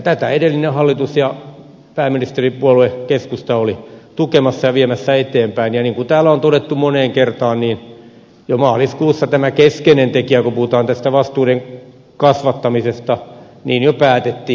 tätä edellinen hallitus ja pääministeripuolue keskusta oli tukemassa ja viemässä eteenpäin ja niin kuin täällä on todettu moneen kertaan niin jo maaliskuussa tämä keskeinen tekijä kun puhutaan tästä vastuiden kasvattamisesta jo päätettiin